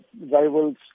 rivals